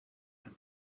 and